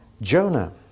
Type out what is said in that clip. Jonah